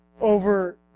over